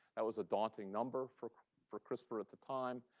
that was a daunting number for for crispr at the time.